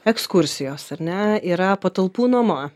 ekskursijos ar ne yra patalpų nuoma